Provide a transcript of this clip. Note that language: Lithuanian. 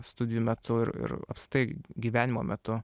studijų metu ir apskritai gyvenimo metu